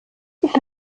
ich